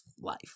life